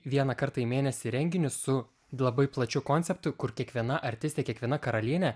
vieną kartą į mėnesį renginius su labai plačiu konceptu kur kiekviena artistė kiekviena karalienė